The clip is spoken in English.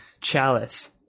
Chalice